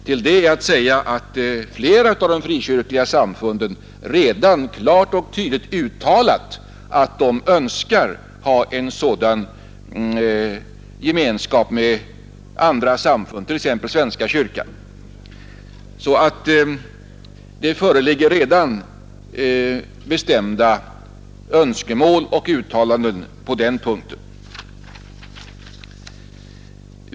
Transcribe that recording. Till det är att säga att flera av de frikyrkliga samfunden redan klart och tydligt uttalat att de önskar ha en sådan gemenskap med andra samfund, t.ex. svenska kyrkan. Det föreligger alltså redan bestämda önskemål och uttalanden på den punkten.